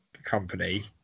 Company